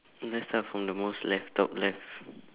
let's start from the most left top left